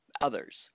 others